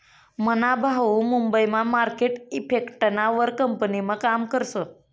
मना भाऊ मुंबई मा मार्केट इफेक्टना वर कंपनीमा काम करस